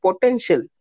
potential